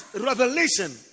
revelation